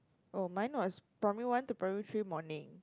oh mine was primary one to primary three morning